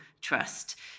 trust